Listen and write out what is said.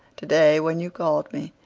today, when you called me,